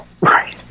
Right